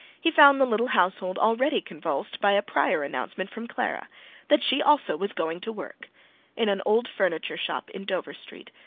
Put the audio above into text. he found the little household already convulsed by a prior announcement from clara that she also was going to work in an old furniture shop in dover street,